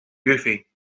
goofy